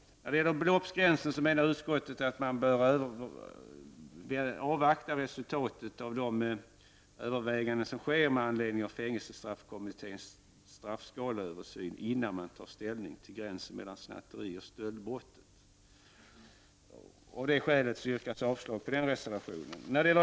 När det gäller beloppsgränsen anser utskottet att riksdagen bör avvakta resultatet av de överväganden som görs med anledning av fängelsestraffkommmitténs straffskaleöversyn innan man tar ställning till snatterioch stöldbrotten. Av det skälet yrkas avslag på den reservationen.